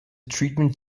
treatment